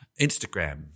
Instagram